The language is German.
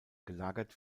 gelagert